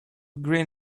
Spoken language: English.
green